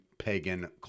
pagan